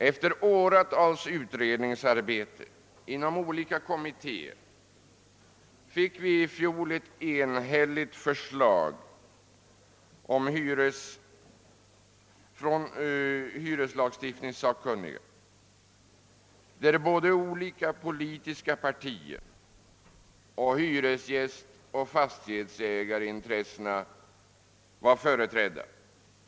Efter flerårigt utredningsarbete inom olika kommitté er lade hyreslagstiftningssakkunniga, där såväl olika politiska partier som hyresgästoch fastighetsägarintressena var företrädda, ett enhälligt förslag i fjol.